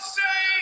say